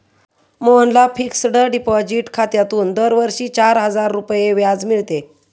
मोहनला fixed deposit खात्यातून दरवर्षी चार हजार रुपये व्याज मिळते